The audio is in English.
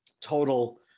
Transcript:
total